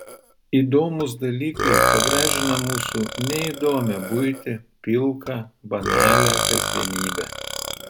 įdomūs dalykai pagražina mūsų neįdomią buitį pilką banalią kasdienybę